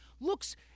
looks